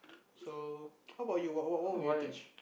so how about you what what what would you teach